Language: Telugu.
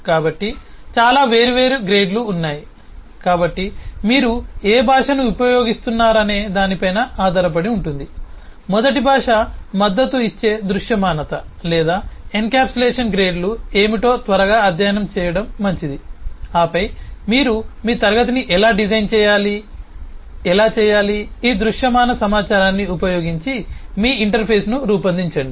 కాబట్టి చాలా వేర్వేరు గ్రేడ్లు ఉన్నాయి కాబట్టి మీరు ఏ భాషను ఉపయోగిస్తున్నారనే దానిపై ఆధారపడి ఉంటుంది మొదట భాష మద్దతు ఇచ్చే దృశ్యమానత లేదా ఎన్క్యాప్సులేషన్ గ్రేడ్లు ఏమిటో త్వరగా అధ్యయనం చేయడం మంచిది ఆపై మీరు మీ క్లాస్ ని ఎలా డిజైన్ చేయాలి ఎలా చేయాలి ఈ దృశ్యమాన సమాచారాన్ని ఉపయోగించి మీ ఇంటర్ఫేస్ ను రూపొందించండి